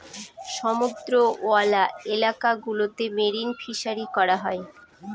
সমুদ্রওয়ালা এলাকা গুলোতে মেরিন ফিসারী করা হয়